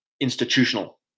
institutional